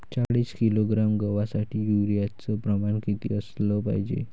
चाळीस किलोग्रॅम गवासाठी यूरिया च प्रमान किती असलं पायजे?